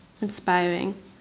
inspiring